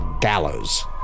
gallows